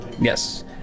Yes